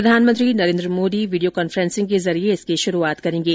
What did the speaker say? प्रधानमंत्री Narendra Modi video conferencing के जरिये इसकी शुरूआत करेंगे